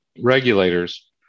regulators